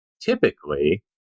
Typically